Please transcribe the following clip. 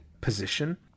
position